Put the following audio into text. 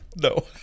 no